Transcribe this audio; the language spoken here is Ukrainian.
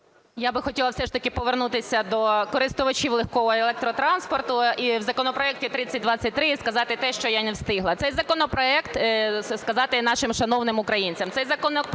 Я би хотіла все ж таки повернутися до користувачів легкого електротранспорту і в законопроект 3023, і сказати те, що я не встигла. Цей законопроект, сказати це і нашим шановний українцям: цей законопроект